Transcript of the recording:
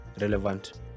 relevant